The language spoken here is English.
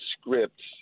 scripts